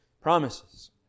promises